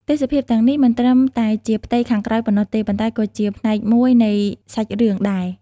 ទេសភាពទាំងនេះមិនត្រឹមតែជាផ្ទៃខាងក្រោយប៉ុណ្ណោះទេ ប៉ុន្តែក៏ជាផ្នែកមួយនៃសាច់រឿងដែរ។